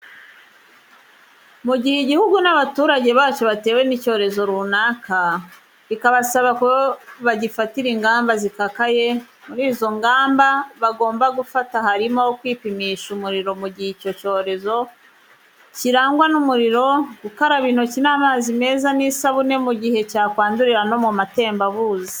Mu gihe igihugu n'abaturage bacyo batewe n'icyorezo runaka, bikabasaba ko bagifatira ingamba zikakaye, muri izo ngamba bagomba gufata harimo kwipimisha umuriro mu gihe icyo cyorezo cyirangwa n'umuriro, gukaraba intoki n'amazi meza n'isabune mu gihe cyakwandurira no mu matembabuzi.